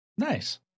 Nice